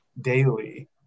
daily